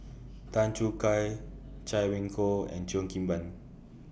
Tan Choo Kai Chay Weng Yew and Cheo Kim Ban